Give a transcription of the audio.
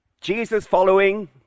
Jesus-following